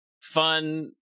fun